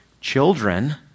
children